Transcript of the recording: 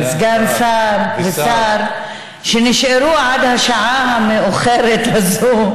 סגן השר והשר שנשארו עד השעה המאוחרת הזאת,